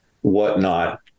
whatnot